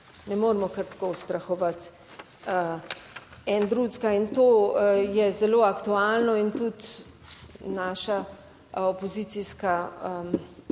Ne moremo kar tako ustrahovati eden drugega. In to je zelo aktualno in tudi naša opozicijska stranka